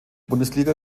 bundesliga